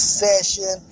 session